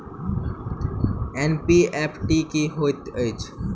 NEFT की होइत अछि?